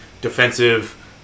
Defensive